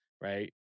right